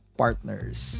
partners